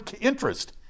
interest